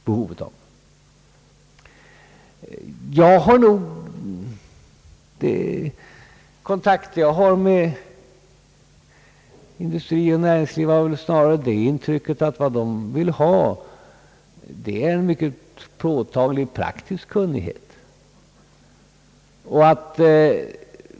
De kontakter jag har med näringslivet har snarare givit det intrycket att vad man där vill ha är en mycket påtaglig praktisk kunnighet.